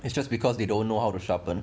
it's just because they don't know how to sharpen